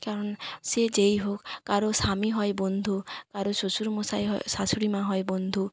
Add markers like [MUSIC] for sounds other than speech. কারণ সে যেই হোক কারো স্বামী হয় বন্ধু কারো শ্বশুর মশাই [UNINTELLIGIBLE] শাশুড়িমা হয় বন্ধু